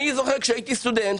אני זוכר כשהייתי סטודנט